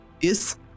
Yes